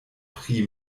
pri